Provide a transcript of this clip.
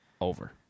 Over